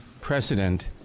precedent